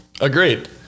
Agreed